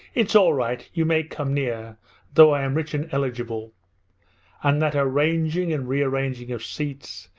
it's all right, you may come near though i am rich and eligible and that arranging and rearranging of seats,